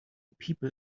people